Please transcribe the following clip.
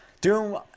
Doom